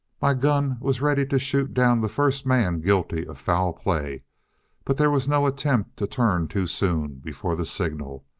my gun was ready to shoot down the first man guilty of foul play but there was no attempt to turn too soon, before the signal.